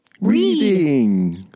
reading